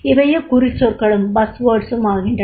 இவையே குறிச்சொற்களும் ஆகின்றன